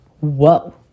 whoa